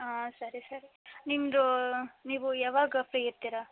ಹಾಂ ಸರಿ ಸರಿ ನಿಮ್ದು ನೀವು ಯಾವಾಗ ಫ್ರೀ ಇರ್ತೀರಾ